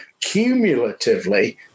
cumulatively